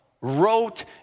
wrote